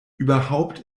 überhaupt